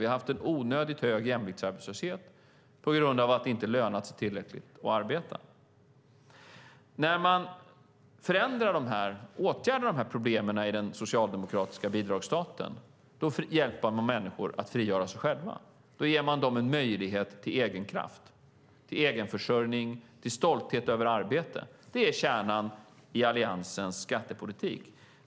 Vi har haft en onödigt hög jämviktsarbetslöshet på grund av att det inte har lönat sig tillräckligt att arbeta. När man åtgärdar de här problemen i den socialdemokratiska bidragsstaten hjälper man människor att frigöra sig själva. Då ger man dem en möjlighet till egen kraft, egenförsörjning och stolthet över arbete. Det är kärnan i Alliansens skattepolitik.